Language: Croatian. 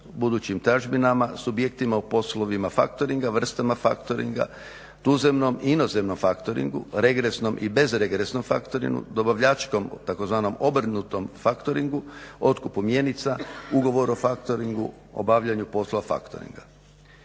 budućim tražbinama, subjektima u poslovima factoringa, vrstama factoringa, tuzemnom i inozemnom factoringu, regresnom i bezregresnom factoringu, dobavljačkom tzv. obrnutom factoringu, otkupom mjenica, ugovor o factoringu, obavljanju posla factoringa.